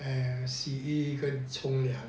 洗衣跟冲凉